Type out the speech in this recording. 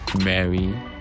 Mary